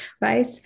right